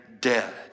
dead